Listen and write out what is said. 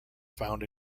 found